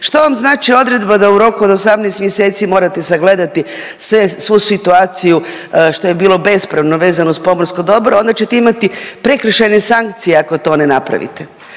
što vam znači odredba da u roku od 18 mjeseci morate sagledati sve, svu situaciju što je bilo bespravno vezano uz pomorsko dobro, onda ćete imati prekršajne sankcije, ako to ne napravite.